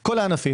כל הענפי.